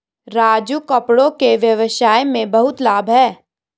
राजू कपड़ों के व्यवसाय में बहुत लाभ है